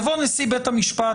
קובע תנאי מהותי.